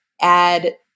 add